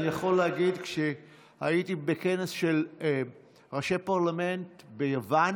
אני יכול להגיד שכשהייתי בכנס של ראשי פרלמנט ביוון,